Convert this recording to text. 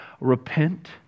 Repent